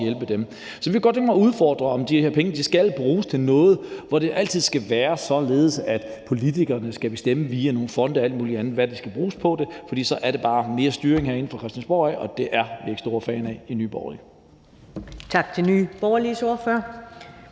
hjælpe dem. Så jeg kunne godt tænke mig at udfordre, om de her penge skal bruges til noget, hvor det altid skal være således, at politikerne skal bestemme via nogle fonde og alt muligt andet, hvad de skal bruges på, for så er det bare mere styring herinde fra Christiansborg af, og det er vi ikke store fans af i Nye Borgerlige. Kl. 15:47 Første næstformand